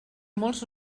molts